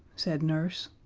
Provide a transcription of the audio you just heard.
said nurse.